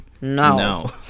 No